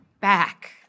back